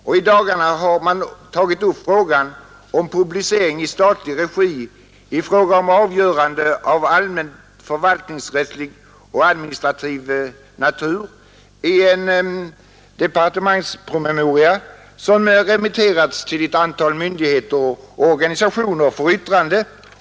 Den har i dagarna tagit upp frågan om publicering i statlig regi av avgöranden av allmänt förvaltningsrättslig och administrativ natur. Detta har skett i en departementspromemoria som remitterats till ett antal myndigheter och organisationer för yttrande.